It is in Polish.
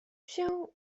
się